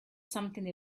something